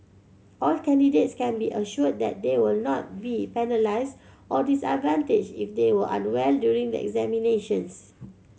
all candidates can be assured that they will not be penalised or disadvantaged if they were unwell during the examinations